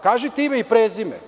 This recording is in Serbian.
Kažite ime i prezime.